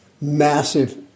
Massive